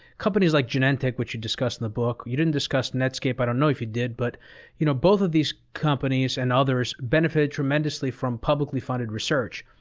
companies like genentech, which you discuss in the book, you didn't discuss netscape. i don't know if you did, but you know both of these companies, and others, benefit tremendously from publicly-funded research.